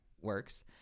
works